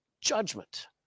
judgment